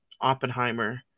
Oppenheimer